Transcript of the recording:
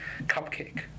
Cupcake